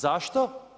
Zašto?